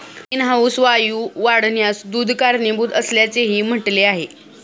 greenhouse वायू वाढण्यास दूध कारणीभूत असल्याचेही म्हटले आहे